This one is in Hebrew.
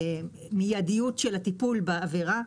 מידיות של הטיפול בעבירה,